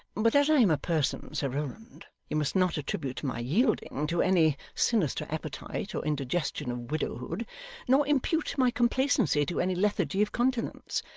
but as i am a person, sir rowland, you must not attribute my yielding to any sinister appetite or indigestion of widowhood nor impute my complacency to any lethargy of continence.